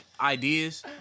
ideas